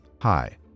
hi